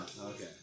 Okay